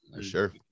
Sure